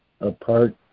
apart